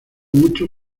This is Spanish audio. mucho